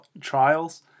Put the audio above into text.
trials